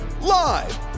live